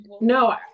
no